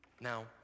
Now